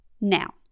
Now